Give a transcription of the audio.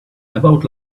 about